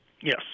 Yes